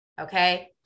Okay